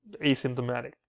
asymptomatic